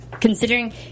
considering